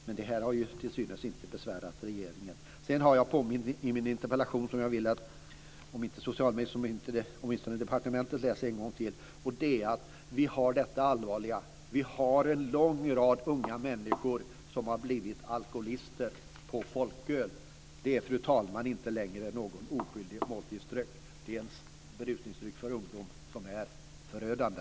Men detta har till synes inte besvärat regeringen. Det andra är det som jag har påmint om i min interpellation. Jag vill be att åtminstone departementet, om inte socialministern, läser det en gång till. Det gäller detta allvarliga med att vi har en lång rad unga människor som har blivit alkoholister på folköl. Folköl är, fru talman, inte längre någon oskyldig måltidsdryck. Det är en berusningsdryck för ungdom, som är förödande.